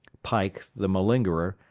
pike, the malingerer,